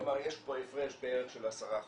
כלומר יש פה הפרש בערך של עשרה חודשים.